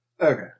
Okay